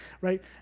right